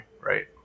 right